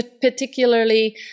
particularly